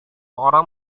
orang